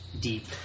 Deep